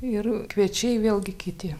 ir kviečiai vėlgi kiti